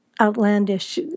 outlandish